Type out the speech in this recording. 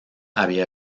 había